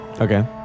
Okay